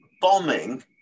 bombing